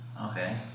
Okay